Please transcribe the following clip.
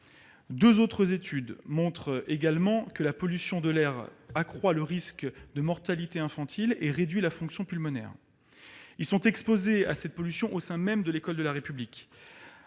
Deux autres études montrent également que la pollution de l'air accroît le risque de mortalité infantile et réduit la fonction pulmonaire. Les enfants sont exposés à cette pollution au sein même des écoles de la République.